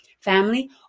family